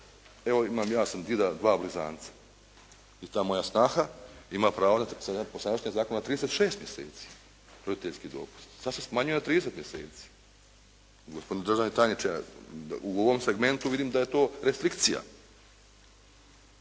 Evo, ja sam dida dva blizanca i ta moja snaha ima pravo po sadašnjem zakonu 36 mjeseci roditeljski dopust. Sad se smanjio na 30 mjeseci. Gospodine državni tajniče, u ovom segmentu vidim da je to restrikcija,